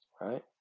right